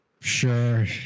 Sure